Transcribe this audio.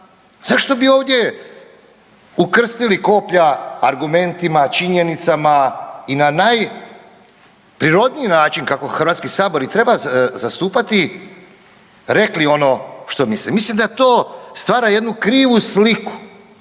Zašto bi ovdje ukrstili koplja argumentima, činjenicama i na najprirodniji način kako Hrvatski sabor i treba zastupati rekli ono što misle. Mislim da to stvara jednu krivu sliku